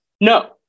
No